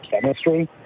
chemistry